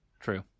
True